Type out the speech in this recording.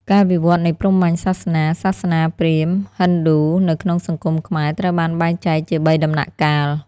ការវិវឌ្ឍន៍នៃព្រហ្មញ្ញសាសនា សាសនាព្រាហ្មណ៍–ហិណ្ឌូ នៅក្នុងសង្គមខ្មែរត្រូវបានបែងចែកជាបីដំណាក់កាល។